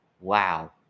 wow